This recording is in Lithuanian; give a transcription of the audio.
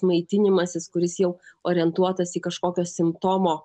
maitinimasis kuris jau orientuotas į kažkokio simptomo